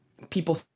People